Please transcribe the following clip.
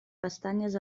pestanyes